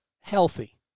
healthy